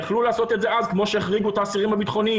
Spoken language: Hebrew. יכלו לעשות את זה אז כמו שהחריגו את האסירים הביטחוניים,